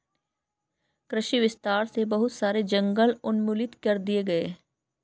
कृषि विस्तार से बहुत सारे जंगल उन्मूलित कर दिए गए